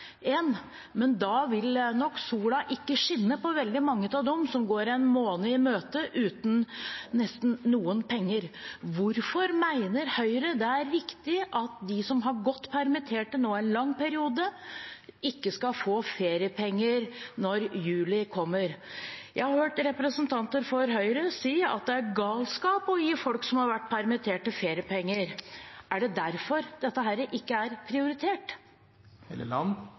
men da vil nok ikke sola skinne på veldig mange av dem, de som går en måned i møte nesten uten penger. Hvorfor mener Høyre det er riktig at de som nå har gått permittert i en lang periode, ikke skal få feriepenger når juli kommer? Jeg har hørt representanter for Høyre si at det er galskap å gi folk som har vært permittert, feriepenger. Er det derfor dette ikke er prioritert?